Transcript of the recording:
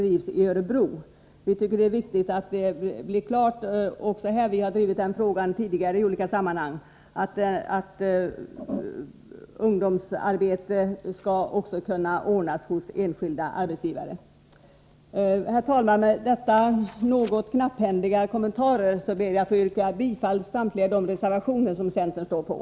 Vi tycker att det är viktigt att ungdomsarbete skall kunna ordnas hos enskild arbetsgivare, och vi har också tidigare drivit frågan i olika sammanhang. Herr talman! Med dessa något knapphändiga kommentarer ber jag att få yrka bifall till samtliga reservationer där centern finns med.